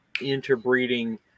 interbreeding